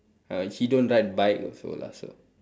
uh he don't ride bike also lah so